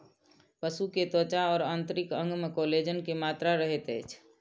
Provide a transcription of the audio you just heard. पशु के त्वचा और आंतरिक अंग में कोलेजन के मात्रा रहैत अछि